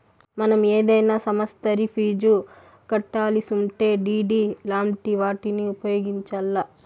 మనం ఏదైనా సమస్తరి ఫీజు కట్టాలిసుంటే డిడి లాంటి వాటిని ఉపయోగించాల్ల